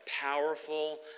powerful